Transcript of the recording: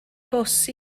bws